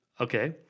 Okay